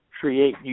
create